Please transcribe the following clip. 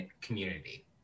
community